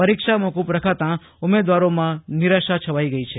પરીક્ષા મોકૂફ રખાતાં ઉમેદવારોના નિરાશા છવાઈ ગઈ છે